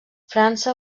frança